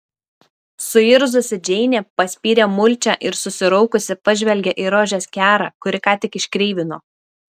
suirzusi džeinė paspyrė mulčią ir susiraukusi pažvelgė į rožės kerą kurį ką tik iškreivino